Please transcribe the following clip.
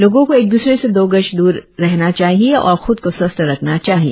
लोगों को एक द्रसरे से दो गज द्रर रहना चाहिए और ख्द को स्वस्थ रखना चाहिए